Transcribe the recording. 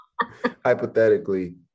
Hypothetically